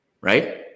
right